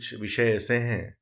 कुछ विषय ऐसे हैं